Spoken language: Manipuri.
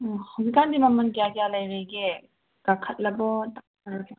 ꯎꯝ ꯍꯧꯖꯤꯛ ꯀꯥꯟꯗꯤ ꯃꯃꯟ ꯀꯌꯥ ꯀꯌꯥ ꯂꯩꯔꯤꯒꯦ ꯀꯥꯈꯠꯂꯕꯣ